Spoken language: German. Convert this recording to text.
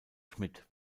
schmitt